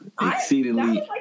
Exceedingly